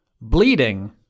bleeding